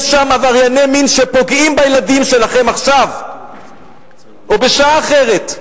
יש שם עברייני מין שפוגעים בילדים שלכם עכשיו או בשעה אחרת.